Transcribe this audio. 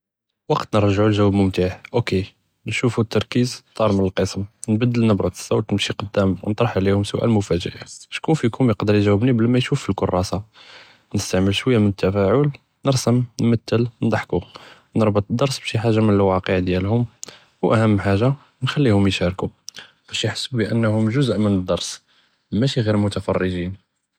וקטנא נרגעו לְג׳ווב ממתע, אוקי נשופו אתלתרכז כתר מן אלכיסם, נבדל נברה אלסוט, נמשי קדאם ונצרח עליהם שׁואל מופאג׳א, שׁכון פיכום יקדאר יג׳אוובני בלא מיישוף פלקראסה, נסתעמל שׁוייא מן אלתפעול, נרסם, נמתל, נضحקו, נרבט אלדרס בשי חאג׳ה מן אלוואקיע דיאלهم, ואלחשום חאג׳ה, نخליهم יושראקו باش יחסו בבאנם ז׳וז מן אלדרס, מאשי ג׳ר מתפרגין.